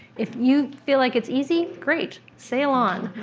if you feel like it's easy, great, sail on.